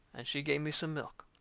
and she give me some milk.